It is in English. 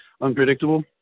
unpredictable